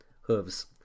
hooves